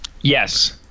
Yes